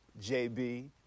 jb